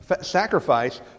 sacrifice